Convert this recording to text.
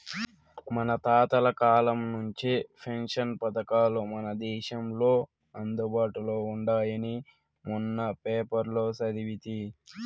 మన తాతల కాలం నుంచే పెన్షన్ పథకాలు మన దేశంలో అందుబాటులో ఉండాయని మొన్న పేపర్లో సదివితి